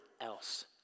else